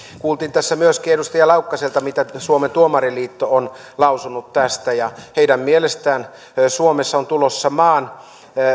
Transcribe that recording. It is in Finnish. kuultiin tässä myöskin edustaja laukkaselta mitä suomen tuomariliitto on lausunut tästä heidän mielestään suomeen on tulossa maan